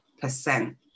percent